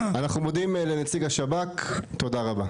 אנחנו מודים לנציג השב"כ, תודה רבה.